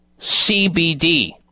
CBD